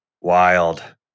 Wild